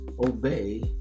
Obey